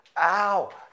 Ow